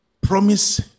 Promise